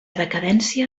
decadència